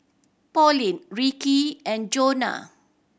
Pauline Ricky and Jonah